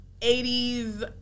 80s